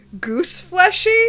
goose-fleshy